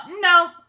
No